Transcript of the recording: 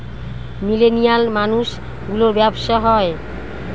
millennial মানুষ গুলোর ব্যাবসা হয়